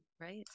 Right